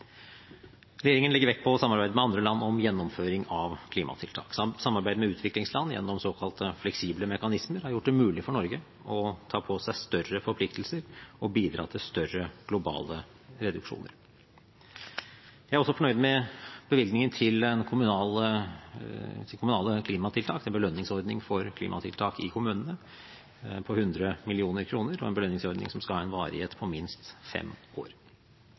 Regjeringen legger vekt på å samarbeide med andre land om gjennomføring av klimatiltak. Samarbeid med utviklingsland gjennom såkalte fleksible mekanismer har gjort det mulig for Norge å ta på seg større forpliktelser og bidra til større globale reduksjoner. Jeg er også fornøyd med bevilgningen til kommunale klimatiltak, til en belønningsordning for klimatiltak i kommunene på 100 mill. kr, en belønningsordning som skal ha en varighet på minst fem år.